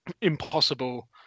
impossible